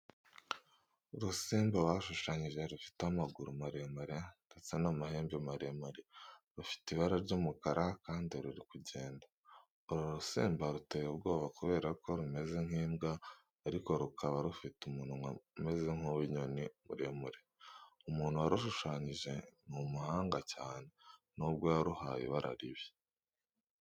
Urusimba bashushanyije rufite amaguru maremare ndetse n'amahembe maremare, rufite ibara ry'umukara kandi ruri kugenda. Uru rusimba ruteye ubwoba kubera ko rumeze nk'imbwa ariko rukaba rufite umunwa umeze nk'uwinyoni muremure. Umuntu warushushanyije ni umuhanga cyane nubwo yaruhaye ibara ribi.